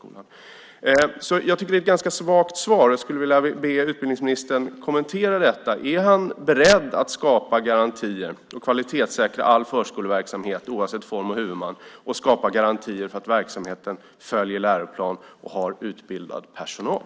Jag tycker alltså att det är ett ganska svagt svar och skulle vilja be utbildningsministern kommentera om han är beredd att skapa garantier, att kvalitetssäkra all förskoleverksamhet oavsett form och huvudman och att skapa garantier för att verksamheten följer läroplanen och har utbildad personal.